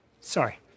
Sorry